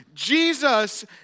Jesus